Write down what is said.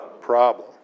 problem